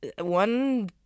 one